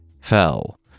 fell